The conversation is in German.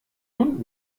hund